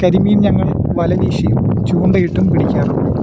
കരിമീൻ ഞങ്ങൾ വലവീശിയും ചൂണ്ടയിട്ടും പിടിക്കാറുണ്ട്